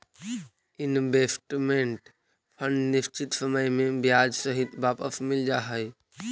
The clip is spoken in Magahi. इन्वेस्टमेंट फंड निश्चित समय में ब्याज सहित वापस मिल जा हई